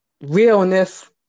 realness